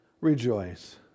Rejoice